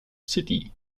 city